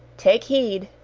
take heed!